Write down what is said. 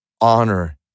honor